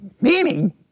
Meaning